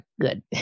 good